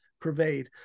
pervade